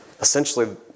essentially